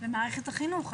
למערכת החינוך.